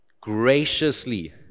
graciously